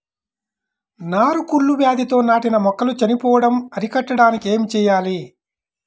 నారు కుళ్ళు వ్యాధితో నాటిన మొక్కలు చనిపోవడం అరికట్టడానికి ఏమి చేయాలి?